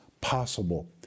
possible